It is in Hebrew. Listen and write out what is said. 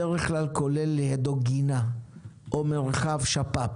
בדרך כולל לידו יש גינה או מרחב שפ"פ